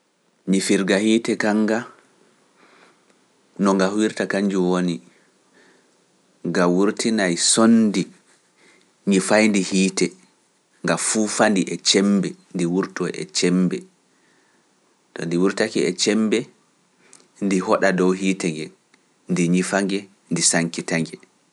Ngifirga hiite kaŋŋga, no nga huwirta kaŋŋjun woni, nga wurtinaay sonndi ñifayndi hiite, nga fuufa ndi e cembe, ndi wurtoo e cembe, to ndi wurtake e cembe, ndi hoɗa dow hiite ngen, ndi ñifa nge, ndi sankita nge.